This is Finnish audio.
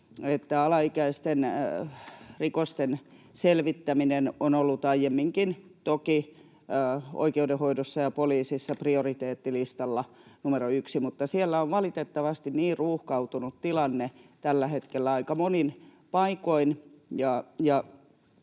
alaikäisten rikosten selvittäminen on ollut aiemminkin toki oikeuden hoidossa ja poliisissa prioriteettilistalla numero 1. Mutta siellä on valitettavasti niin ruuhkautunut tilanne tällä hetkellä aika monin paikoin,